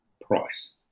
price